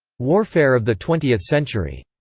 warfare of the twentieth century.